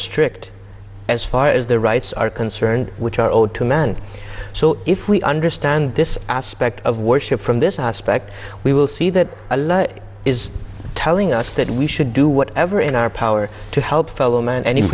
strict as far as the rights are concerned which are owed to man so if we understand this aspect of worship from this aspect we will see that it is telling us that we should do whatever in our power to help fellow man and if